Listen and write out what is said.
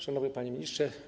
Szanowny Panie Ministrze!